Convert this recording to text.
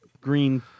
green